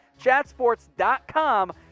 Chatsports.com